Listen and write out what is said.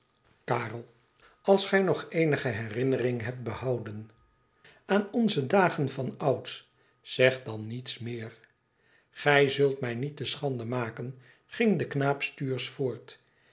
karel als gij nog eenige herinnering hebt behouden aan onze dagen van ouds zeg dan niets meer gij zult mij niet te schande maken ging de knaap stuursch voort